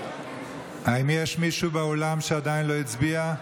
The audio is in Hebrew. האם יש מישהו באולם שעדיין לא הצביע?